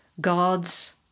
Gods